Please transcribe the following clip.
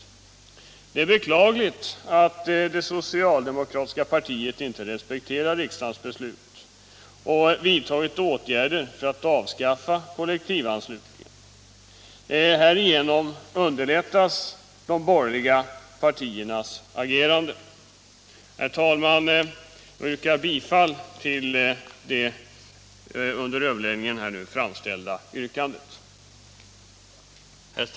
Det är beklagligt att det socialdemokratiska partiet inte respekterar riksdagens beslut och har vidtagit åtgärder för att avskaffa kollektivanslutningen. Härigenom underlättas de borgerliga partiernas agerande. Herr talman! Jag yrkar bifall till det nu under överläggningen framställda yrkandet.